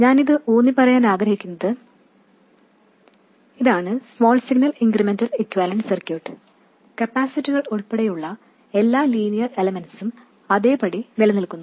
ഞാൻ ഊന്നിപ്പറയാൻ ആഗ്രഹിക്കുന്നത് ഇതാണ് small signal incremental equivalent circuit കപ്പാസിറ്ററുകൾ ഉൾപ്പെടെയുള്ള എല്ലാ ലീനിയർ എലമെൻറ്സും അതേപടി നിലനിൽക്കുന്നു